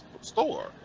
store